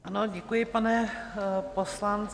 Ano, děkuji, pane poslanče.